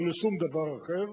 לא לשום דבר אחר.